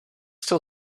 still